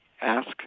ask